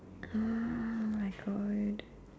!oh-my-God!